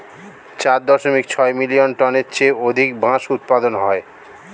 চার দশমিক ছয় মিলিয়ন টনের চেয়ে অধিক বাঁশ উৎপাদন হয়